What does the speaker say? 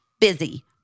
busy